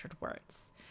words